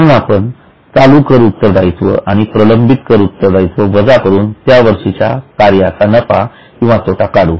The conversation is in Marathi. म्हणून आपण चालू कर उत्तरदायित्व आणि प्रलंबित कर उत्तरदायित्व वजा करून त्या वर्षीच्या कार्याचा नफा किंवा तोटा काढू